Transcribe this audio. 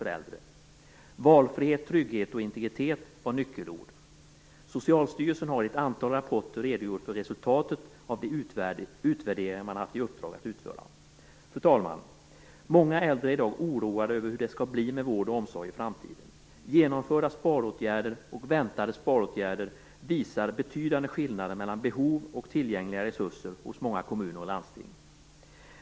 Valfrihet, trygghet och integritet var nyckelord. Socialstyrelsen har i ett antal rapporter redogjort för resultatet av de utvärderingar som man har haft i uppdrag att utföra. Fru talman! Många äldre är i dag oroade över hur det skall bli med vården och omsorgen i framtiden. Genomförda och väntade sparåtgärder visar på betydande skillnader mellan behov och tillgängliga resurser hos många kommuner och landsting.